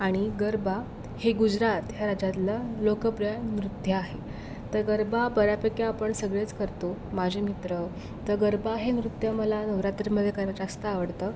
आणि गरबा हे गुजरात ह्या राज्यातलं लोकप्रिय नृत्य आहे तर गरबा बऱ्यापैकी आपण सगळेच करतो माझे मित्र तर गरबा हे नृत्य मला नवरात्रीमध्ये करायला जास्त आवडतं